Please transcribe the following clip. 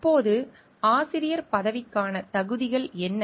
இப்போது ஆசிரியர் பதவிக்கான தகுதிகள் என்ன